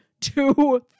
two